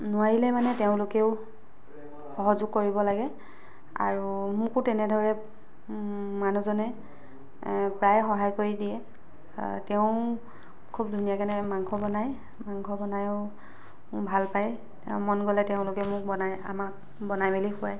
নোৱাৰিলে মানে তেওঁলোকেও সহযোগ কৰিব লাগে আৰু মোকো তেনেদৰে মানুহজনে প্ৰায় সহায় কৰি দিয়ে তেওঁ খুব ধুনীয়া কেনে মাংস বনাই মাংস বনাইয়ো ভাল পাই মন গ'লে তেওঁলোকে মোক বনাই আমাক বনাই মেলি খোৱাই